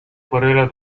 părerea